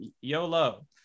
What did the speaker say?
YOLO